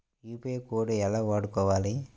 UPI code ఎలా వాడుకోవాలి?